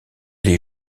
les